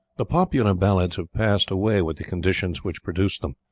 the popular ballads have passed away with the conditions which produced them.